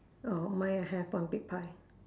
oh mine have one big pie